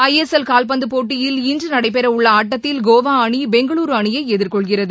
ஐ S L காவ்பந்து போட்டியில் இன்று நடைபெற உள்ள ஆட்டத்தில் கோவா அணி பெங்களூரு அணியை எதிர்கொள்கிறது